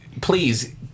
please